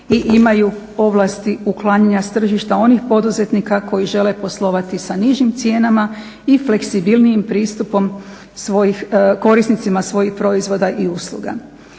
imaju ovlasti uklanjanja s tržišta onih poduzetnika koji žele poslovati sa nižim cijenama i fleksibilnijim pristupom svojih, korisnicima svojih proizvoda i usluga.